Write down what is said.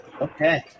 okay